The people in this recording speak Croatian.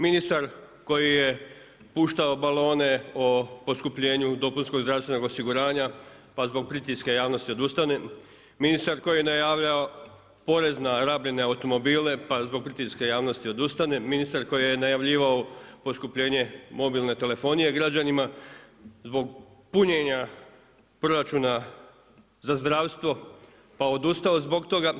Ministar koji je puštao balone o poskupljenju dopunskog zdravstvenog osiguranja, pa zbog pritiska javnost odustane, ministar koji je navaljivao porez na rabljene automobile, pa zbog pritiska javnosti odustane, ministar koji je najavljivao poskupljenje mobilne telefonije građanima, zbog punjenja proračuna za zdravstvo pa odustao zbog toga.